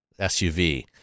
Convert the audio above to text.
SUV